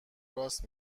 راست